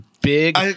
big